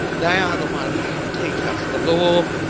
they are the ones who teach us the lore,